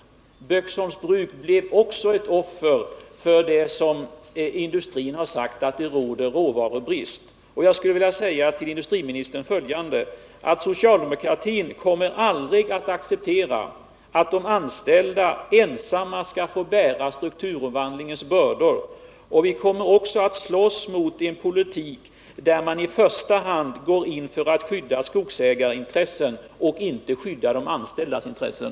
Böksholms bruk blev också ett offer för den råvarubrist som man på industrihåll påstår skall råda f. n. Jag vill säga följande till industriministern: Socialdemokratin kommer aldrig att acceptera att de anställda ensamma skall få bära strukturomvandlingens bördor. Vi kommer också att slåss mot en politik, som i första hand går in för att skydda skogsägarintressen i stället för de anställdas intressen.